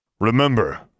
Remember